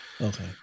Okay